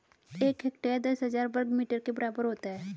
एक हेक्टेयर दस हजार वर्ग मीटर के बराबर होता है